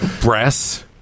breasts